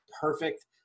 perfect